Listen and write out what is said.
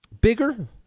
bigger